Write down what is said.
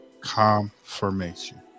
Confirmation